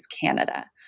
Canada